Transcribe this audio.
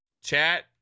chat